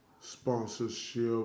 Sponsorship